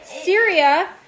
Syria